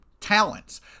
talents